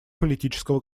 политического